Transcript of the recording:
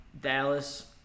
Dallas